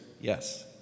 yes